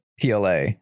PLA